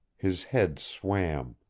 his head swam,